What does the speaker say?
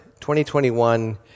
2021